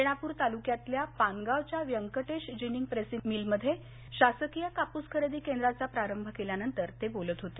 रेणापुर तालुक्यातल्या पानगावच्या व्यंकटेश जिंनीग प्रेसिंगमिलमध्ये शासकीय कापूस खरेदी केंद्राचा प्रारंभ केल्यानंतर ते बोलत होते